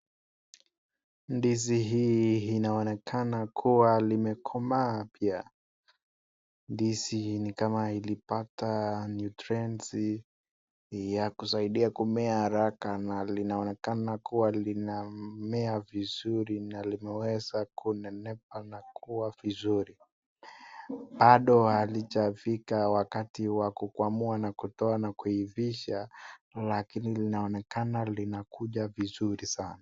Ndizi hii inaonekana kuwa imekomaa pia. Ndizi nikama ilipata nutrenti ya kusaidia kumea haraka na na linaonekana kuwa linamea vizuri limeweza kunenepa na kuwa vizuri. Bado halijafika wakati wakuamua na kutoa na kuivisha lakini linaonekana linakuja vizuri sana.